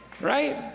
Right